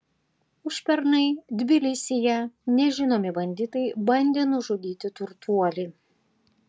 užpernai tbilisyje nežinomi banditai bandė nužudyti turtuolį